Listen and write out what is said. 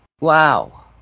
Wow